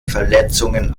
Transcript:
verletzungen